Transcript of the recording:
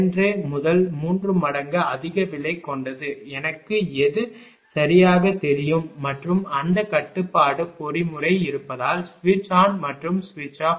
5 முதல் 3 மடங்கு அதிக விலை கொண்டது எனக்கு எது சரியாகத் தெரியும் மற்றும் அந்த கட்டுப்பாட்டு பொறிமுறை இருப்பதால் சுவிட்ச் ஆன் மற்றும் ஆஃப்